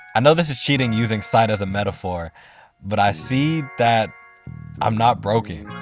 i know this is cheating using sight as a metaphor but i see that i'm not broken,